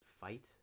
fight